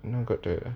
you know got the